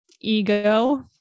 ego